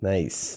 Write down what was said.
Nice